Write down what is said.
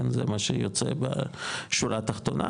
זה מה שיוצא בשורה תחתונה,